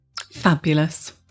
Fabulous